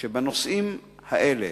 שבנושאים האלה,